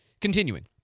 Continuing